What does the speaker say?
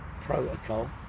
protocol